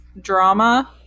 drama